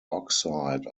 oxide